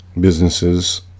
businesses